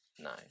nine